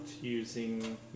using